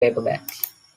paperbacks